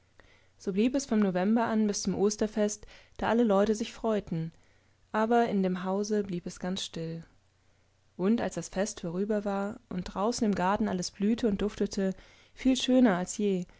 so blieb es vom november an bis zum osterfest da alle leute sich freuten aber in dem hause blieb es ganz still und als das fest vorüber war und draußen im garten alles blühte und duftete viel schöner als je